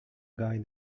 guy